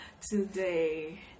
Today